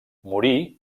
morí